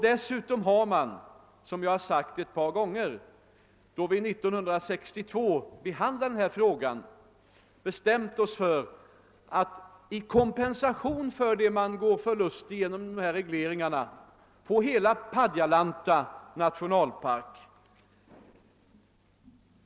Dessutom bestämde vi oss, som jag sagt ett par gånger, då vi år 1962 behandlade denna fråga för att som kompensation för vad man går förlustig genom dessa regleringar avsätta hela Padjelanta nationalpark.